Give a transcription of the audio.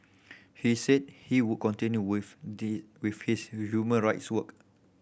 he said he would continue with this with his human rights work